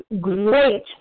great